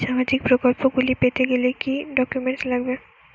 সামাজিক প্রকল্পগুলি পেতে গেলে কি কি ডকুমেন্টস লাগবে?